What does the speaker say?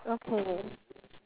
okay